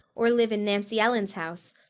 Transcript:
or live in nancy ellen's house,